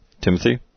Timothy